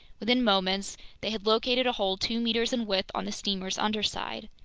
within moments they had located a hole two meters in width on the steamer's underside.